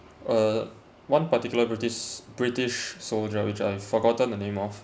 uh one particular britis~ british soldier which I've forgotten the name of